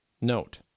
Note